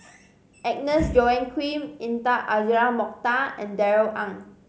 Agnes Joaquim Intan Azura Mokhtar and Darrell Ang